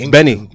Benny